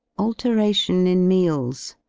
alteration in meals.